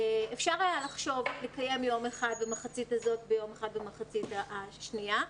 אפשר היה לחשוב לקיים יום אחד במחצית הזו ויום אחד במחצית השנייה,